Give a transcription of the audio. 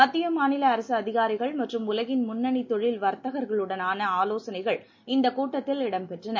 மத்திய மாநில அரசு அதிகாரிகள் மற்றும் உலகின் முன்னணி தொழில் வர்த்தகர்களுடனான ஆலோசனைகள் இந்தக் கூட்டத்தில் இடம் பெற்றன